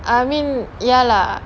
I mean ya lah